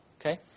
Okay